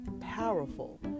powerful